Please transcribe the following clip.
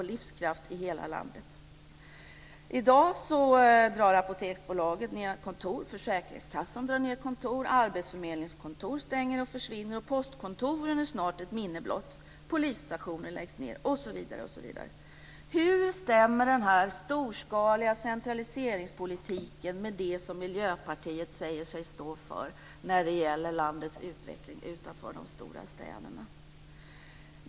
I dag drar Apoteksbolaget ned på antalet kontor. Försäkringskassan gör också det. Arbetsförmedlingskontor stängs och försvinner. Postkontoren är snart ett minne blott. Polisstationer läggs ned osv. Hur stämmer denna storskaliga centraliseringspolitik överens med det som Miljöpartiet säger sig stå för när det gäller landets utveckling utanför de stora städerna?